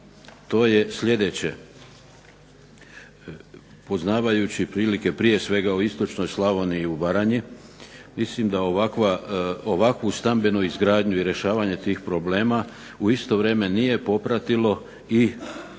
to je sljedeće: poznavajući prilike prije svega u istočnoj Slavoniji i u Baranji mislim da ovakvu stambenu izgradnju i rješavanje tih problema u isto vrijeme nije popratilo i